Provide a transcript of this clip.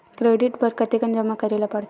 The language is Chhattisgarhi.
क्रेडिट बर कतेकन जमा करे ल पड़थे?